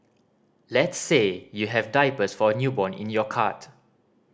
let's say you have diapers for a newborn in your cart